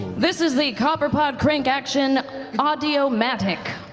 this is the copperpot crank action audiomatic.